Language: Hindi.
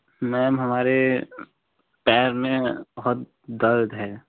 मैम हमारे पैर में बहुत दर्द है